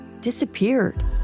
disappeared